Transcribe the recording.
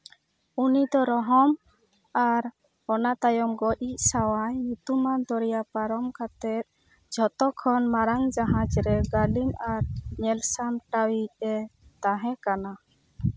ᱩᱱᱤᱫᱚ ᱨᱚᱦᱚᱢ ᱚᱱᱟ ᱛᱟᱭᱚᱢ ᱜᱚᱡ ᱤᱡ ᱥᱟᱣᱟᱭ ᱧᱩᱛᱩᱢᱟᱱ ᱫᱚᱨᱭᱟ ᱯᱟᱨᱚᱢ ᱠᱟᱛᱮᱜ ᱡᱚᱛᱚᱠᱷᱚᱱ ᱢᱟᱨᱟᱝ ᱡᱟᱸᱦᱟᱡᱽ ᱨᱮᱱ ᱜᱟᱹᱞᱤᱢ ᱟᱨ ᱧᱮᱞ ᱥᱟᱢᱴᱟᱣᱭᱤᱡ ᱮ ᱛᱟᱦᱮᱸ ᱠᱟᱱᱟ